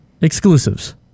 exclusives